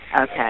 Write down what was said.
Okay